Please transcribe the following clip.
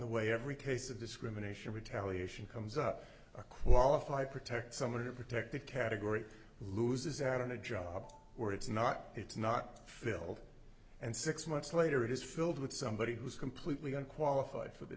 the way every case of discrimination retaliation comes up a qualified protect someone to protect that category loses out on a job where it's not it's not filled and six months later it is filled with somebody who's completely unqualified for the